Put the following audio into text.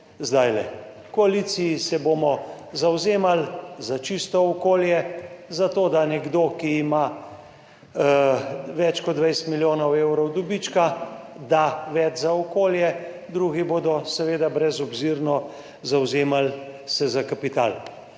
zdaj. V koaliciji se bomo zavzemali za čisto okolje, za to, da nekdo, ki ima več kot 20 milijonov evrov dobička, da več za okolje. Drugi se bodo seveda brezobzirno zavzemali za kapital.